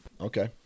Okay